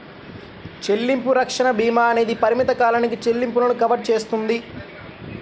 చెల్లింపు రక్షణ భీమా అనేది పరిమిత కాలానికి చెల్లింపులను కవర్ చేస్తుంది